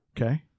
Okay